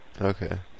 Okay